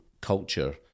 culture